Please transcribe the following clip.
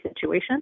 situation